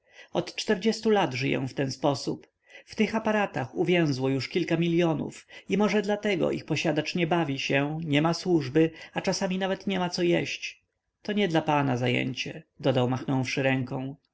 od czterdziestu lat żyję w ten sposób w tych aparatach uwięzło już kilka milionów i może dlatego ich posiadacz nie bawi się niema służby a czasami nawet niema co jeść to nie dla pana zajęcie dodał machnąwszy ręką